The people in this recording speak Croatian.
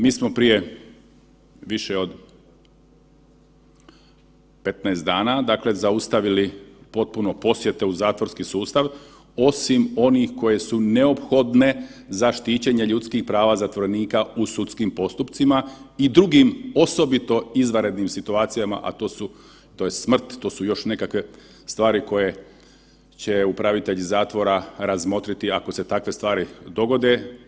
Mi smo prije više od 15 dana zaustavili potpuno posjete u zatvorski sustav osim onih koje su neophodne za štićenje ljudskih prava zatvorenika u sudskim postupcima i drugim osobito izvanrednim situacijama, a to je smrt, to su još nekakve stvari koje će upravitelji zatvora razmotriti ako se takve stvari dogode.